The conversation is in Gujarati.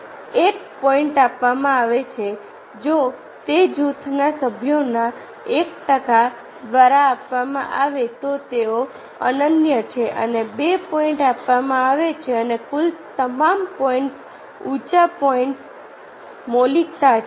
તેથી 1 પોઈન્ટ આપવામાં આવે છે જો તે જૂથના સભ્યોના 1 ટકા દ્વારા આપવામાં આવે તો તેઓ અનન્ય છે અને 2 પોઈન્ટ આપવામાં આવે છે અને કુલ તમામ પોઈન્ટ્સ ઊંચા પોઈન્ટ્સ મૌલિકતા છે